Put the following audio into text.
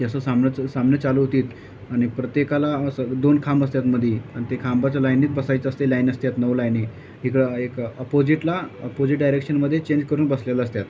ते असं सामनंच सामनं चालू होतीत आणि प्रत्येकाला असं दोन खांब असतात मध्ये आणि ते खांबाच्या लाईनीच बसायचं असते लाईन असतात नऊ लायनी इकडं एक अपोजिटला अपोजिट डायरेक्शनमध्ये चेंज करून बसलेलं असतात